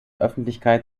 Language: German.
öffentlichkeit